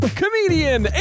comedian